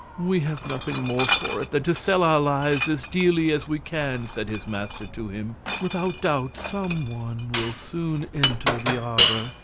we have nothing more for it than to sell our lives as dearly as we can, said his master to him, without doubt some one will soon enter the arbour,